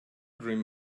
dream